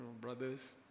brothers